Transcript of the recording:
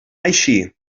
així